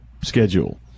schedule